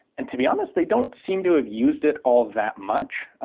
and to be honest, they don't seem to have used it all that much.